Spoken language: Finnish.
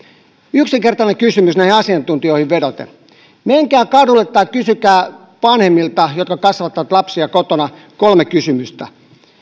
yksinkertainen kysymys näihin asiantuntijoihin vedoten menkää kadulle tai kysykää vanhemmilta jotka kasvattavat lapsia kotona kolme kysymystä